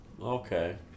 Okay